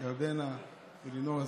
ירדנה ולאלינור הסגנית,